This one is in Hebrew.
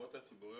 ברור לגמרי.